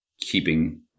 keeping